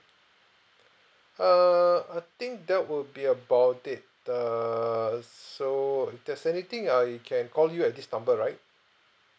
err I think that would be about it err uh so if there's anything I can call you at this number right